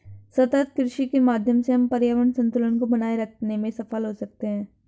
सतत कृषि के माध्यम से हम पर्यावरण संतुलन को बनाए रखते में सफल हो सकते हैं